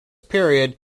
period